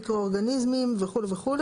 מיקרו-אורגניזמים וכו' וכו',